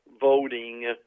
voting